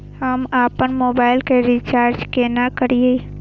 हम आपन मोबाइल के रिचार्ज केना करिए?